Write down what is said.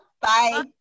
Bye